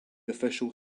official